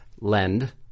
lend